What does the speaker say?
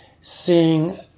seeing